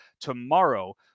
tomorrow